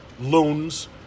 loans